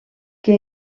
que